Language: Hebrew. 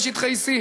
בשטחי C,